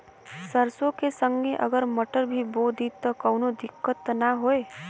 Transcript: सरसो के संगे अगर मटर भी बो दी त कवनो दिक्कत त ना होय?